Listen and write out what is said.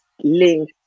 link